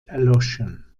erloschen